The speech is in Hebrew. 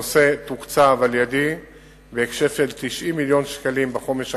הנושא תוקצב על-ידי בהיקף של 90 מיליון שקלים בחומש הקרוב,